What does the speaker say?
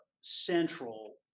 central